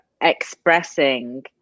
expressing